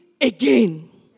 again